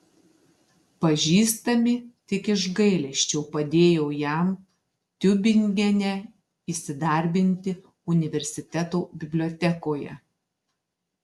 pažįstami tik iš gailesčio padėjo jam tiubingene įsidarbinti universiteto bibliotekoje